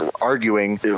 arguing